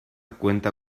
cuenta